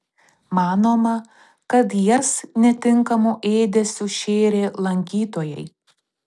manoma kad jas netinkamu ėdesiu šėrė lankytojai